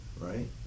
right